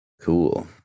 Cool